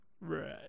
Right